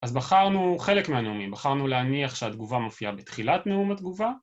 אז בחרנו חלק מהנאומים, בחרנו להניח שהתגובה מופיעה בתחילת נאום התגובה.